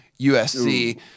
USC